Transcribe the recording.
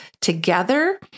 together